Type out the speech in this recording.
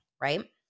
right